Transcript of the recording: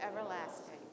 everlasting